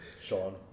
Sean